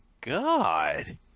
God